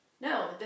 No